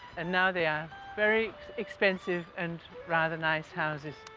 and now they are very expensive and rather nice houses.